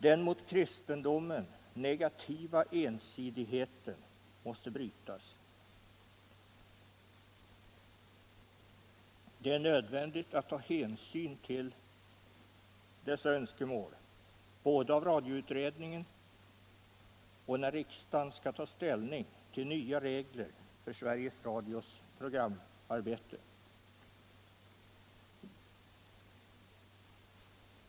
Den mot kristendomen negativa ensidigheten måste brytas. Det är nödvändigt att ta hänsyn till dessa önskemål, både för radioutredningen och för riksdagen, när man skall ta ställning till nya regler för Sveriges Radios programarbete.